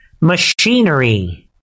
machinery